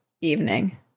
evening